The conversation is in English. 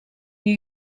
new